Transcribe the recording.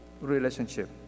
relationship